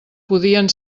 podien